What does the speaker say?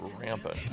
rampant